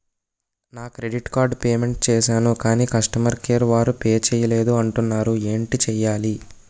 నా credit card payment చేసాను కాని కస్టమర్ కేర్ వారు పే చేయలేదు అంటున్నారు ఏంటి చేయాలి?